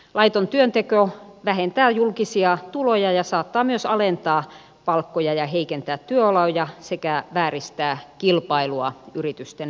laiton työnteko vähentää julkisia tuloja ja saattaa myös alentaa palkkoja ja heikentää työoloja sekä vääristää kilpailua yritysten välillä